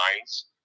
lines